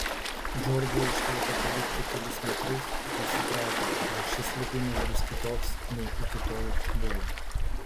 džordžui užteko palipti kelis metrus kai suprato jog šis lipimas bus kitoks nei iki tol buvę